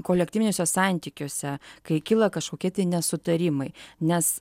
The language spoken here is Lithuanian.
kolektyviniuose santykiuose kai kyla kažkokie nesutarimai nes